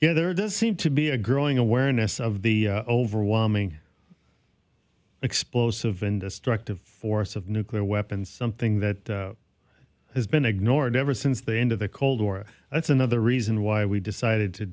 yet there does seem to be a growing awareness of the overwhelming explosive and destructive force of nuclear weapons something that has been ignored ever since the end of the cold war that's another reason why we decided to